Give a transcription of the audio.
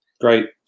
Great